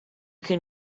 can